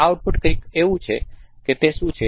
આ આઉટપુટ કંઈક એવું છે કે તે શું છે